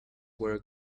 were